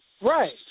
Right